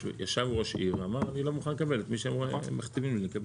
ישב ראש עיר ואמר: אני לא מוכן לקבל את מי שאתם מכתיבים לי.